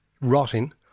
rotting